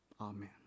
Amen